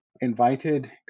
invited